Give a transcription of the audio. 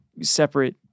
separate